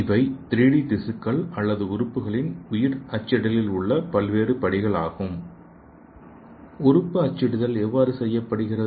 இவை 3 டி திசுக்கள் அல்லது உறுப்புகளின் உயிர் அச்சிடலில் உள்ள பல்வேறு படிகள் ஆகும் ஸ்லைடு நேரத்தைப் பார்க்கவும் 0659 உறுப்பு அச்சிடுதல் எவ்வாறு செயல்படுகிறது